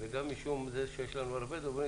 וגם משום שיש לנו הרבה דוברים,